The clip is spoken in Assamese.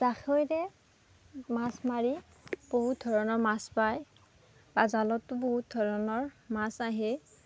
জাকৈৰে মাছ মাৰি বহুত ধৰণৰ মাছ পায় বা জালতো বহুত ধৰণৰ মাছ আহে